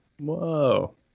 Whoa